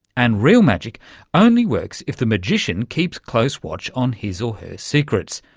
and real magic only works if the magician keeps close watch on his or her secrets.